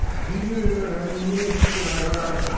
hear nature!